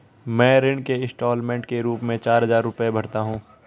मैं ऋण के इन्स्टालमेंट के रूप में चार हजार रुपए भरता हूँ